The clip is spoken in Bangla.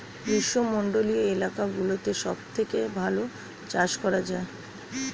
গ্রীষ্মমণ্ডলীয় এলাকাগুলোতে সবথেকে ভালো চাষ করা যায়